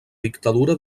dictadura